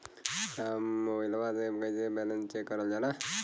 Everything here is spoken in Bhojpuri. साहब मोबइलवा से कईसे बैलेंस चेक करल जाला?